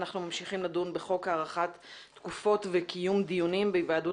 אנחנו ממשיכים לדון בחוק הארכת תקופות וקיום דיונים בהיוועדות